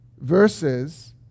verses